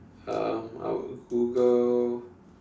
um I would Google